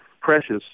precious